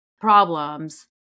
problems